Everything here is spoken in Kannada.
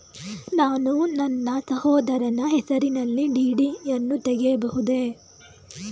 ನಾನು ನನ್ನ ಸಹೋದರನ ಹೆಸರಿನಲ್ಲಿ ಡಿ.ಡಿ ಯನ್ನು ತೆಗೆಯಬಹುದೇ?